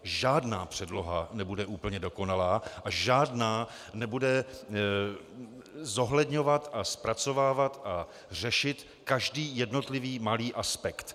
Žádná předloha nebude úplně dokonalá a žádná nebude zohledňovat, zpracovávat a řešit každý jednotlivý malý aspekt.